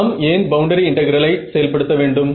நாம் ஏன் பவுண்டரி இன்டெகிரலை செயல் படுத்த வேண்டும்